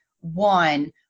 one